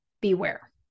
beware